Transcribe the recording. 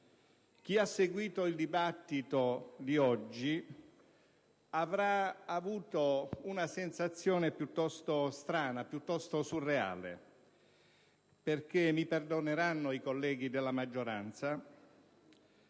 Chi ha seguito il dibattito odierno avrà avuto una sensazione piuttosto strana e surreale: mi perdoneranno i colleghi della maggioranza,